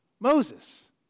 Moses